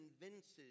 convinces